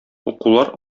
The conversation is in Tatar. укулар